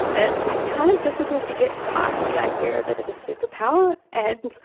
it's kind of difficult to get past the idea of it as a superpower and